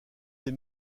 des